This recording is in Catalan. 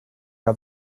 que